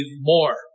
more